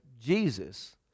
Jesus